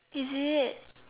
is it